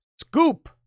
scoop